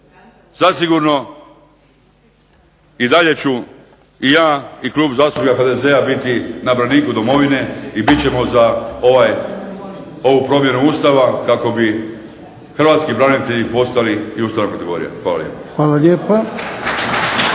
Zasigurno i dalje ću i ja i Klub zastupnika HDZ-a biti na braniku domovine i bit ćemo za ovu promjenu Ustava kako bi hrvatski branitelji postali ustavna kategorija. Hvala lijepo.